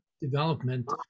development